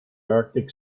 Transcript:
arctic